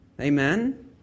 Amen